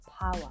power